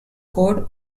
code